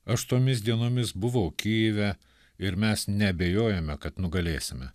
aš tomis dienomis buvau kyjive ir mes neabejojome kad nugalėsime